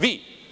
Vi?